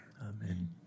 Amen